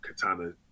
Katana